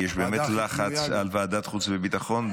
כי יש באמת לחץ על ועדת החוץ והביטחון,